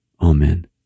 Amen